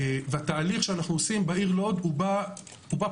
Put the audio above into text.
התהליך שאנחנו עושים בעיר לוד הוא בא פעמיים.